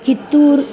Chittoor